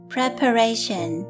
Preparation